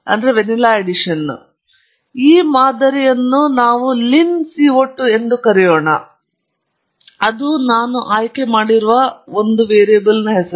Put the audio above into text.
ಮತ್ತು ನಾವು ಈ ಮಾದರಿಯನ್ನು ಲಿನ್ CO 2 ಎಂದು ಕರೆಯೋಣ ಅದು ನಾನು ಆಯ್ಕೆ ಮಾಡುವ ಒಂದು ವೇರಿಯೇಬಲ್ ಹೆಸರು